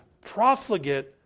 profligate